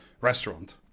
restaurant